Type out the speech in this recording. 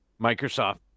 Microsoft